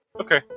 Okay